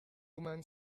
woman